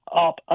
up